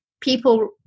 People